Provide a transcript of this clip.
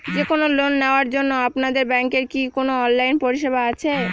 যে কোন লোন নেওয়ার জন্য আপনাদের ব্যাঙ্কের কি কোন অনলাইনে পরিষেবা আছে?